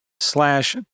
slash